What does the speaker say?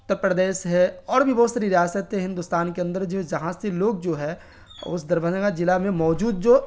اتر پردیش ہے اور بھی بہت ساری ریاستیں ہندوستان کے اندر جو ہے جہاں سے لوگ جو ہے اس دربھنگہ ضلع میں موجود جو